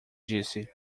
disse